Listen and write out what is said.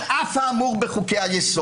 על אף האמור בחוקי-היסוד.